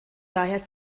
daher